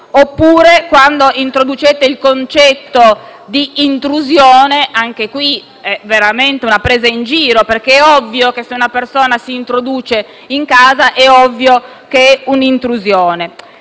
in cui introducete il concetto di intrusione è veramente una presa in giro perché è ovvio che se una persona si introduce in casa si tratta di un'intrusione.